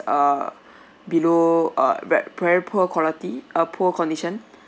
err below uh re~ very poor quality uh poor condition